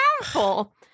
powerful